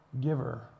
giver